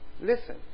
listen